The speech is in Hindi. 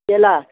केला